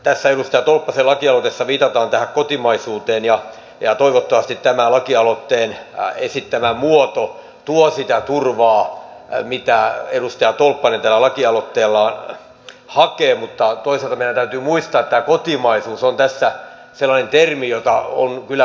tässä edustaja tolppasen lakialoitteessa viitataan tähän kotimaisuuteen ja toivottavasti tämä lakialoitteen esittämä muoto tuo sitä turvaa mitä edustaja tolppanen tällä lakialoitteellaan hakee mutta toisaalta meidän täytyy muistaa että tämä kotimaisuus on tässä sellainen termi jota on kyllä pöllytetty